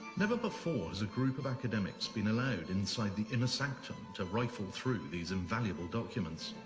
never before has a group of academics been allowed inside the inner sanctum to rifle through these invaluable documents.